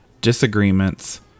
disagreements